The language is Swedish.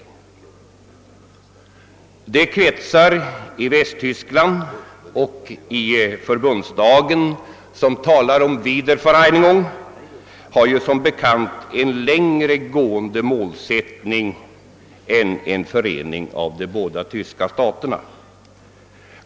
De kretsar i Västtyskland och i förbundsdagen som talar om »Wiedervereinigung» har ju som bekant en längre gående målsättning än en förening av de båda tyska staterna.